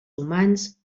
humans